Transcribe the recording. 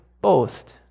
boast